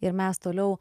ir mes toliau